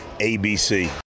ABC